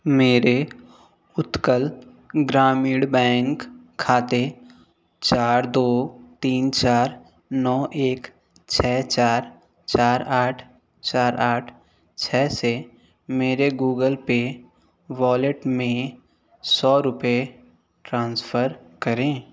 मेरे उत्कल ग्रामीण बैंक खाते चार दो तीन चार नौ एक छः चार चार आठ चार आठ छः से मेरे गूगल पे वॉलेट में सौ रुपये ट्रांसफ़र करें